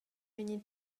vegni